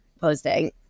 posting